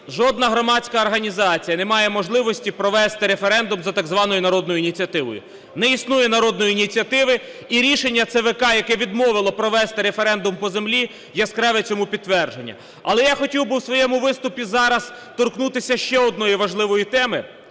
жодна громадська організація не має можливості провести референдум за так званою народною ініціативою. Не існує народної ініціативи, і рішення ЦВК, яка відмовила провести референдум по землі, яскраве цьому підтвердження. Але я хотів би у своєму виступі зараз торкнутися ще однієї важливої теми.